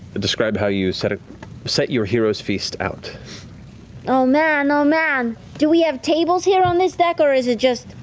describe how you set ah set your heroes' feast out. laura oh man, oh man! do we have tables here on this deck, or is it just?